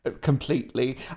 completely